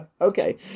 Okay